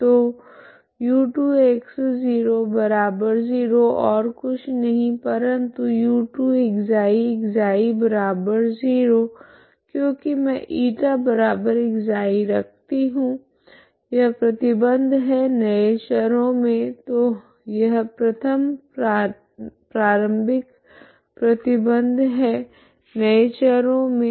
तो u2x00 ओर कुछ नहीं परंतु u2ξ ξ0 क्योकि मैं η ξ रखती हूँ यह प्रतिबंध है नए चरों मे तो यह प्रथम प्रारम्भिक प्रतिबंध है नए चरों मे